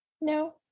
No